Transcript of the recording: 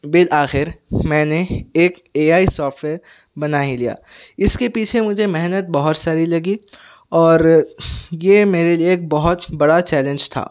بالآخر میں نے ایک اے آئی سافٹویر بنا ہی لیا اس کے پیچھے مجھے محنت بہت ساری لگی اور یہ میرے لیے ایک بہت بڑا چیلینج تھا